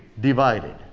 divided